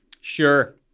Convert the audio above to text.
Sure